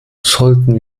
sollten